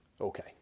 Okay